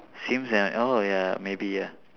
sims avenue oh ya maybe ya